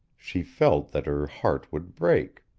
she felt that her heart would break.